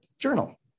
journal